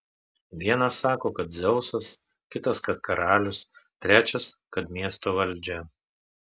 vienas sako kad dzeusas kitas kad karalius trečias kad miesto valdžia